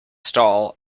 stall